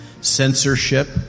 censorship